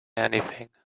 anything